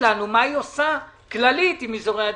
לנו מה היא עושה באופן כללי עם אזורי עדיפות.